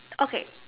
okay